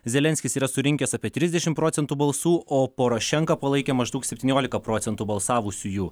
zelenskis yra surinkęs apie trisdešim procentų balsų o porošenką palaikė maždaug septyniolika procentų balsavusiųjų